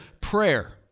prayer